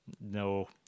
No